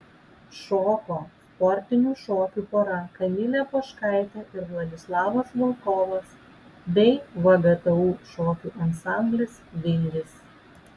šoko sportinių šokių pora kamilė poškaitė ir vladislavas volkovas bei vgtu šokių ansamblis vingis